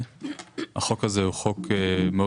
בבקשה, נציג משרד האוצר.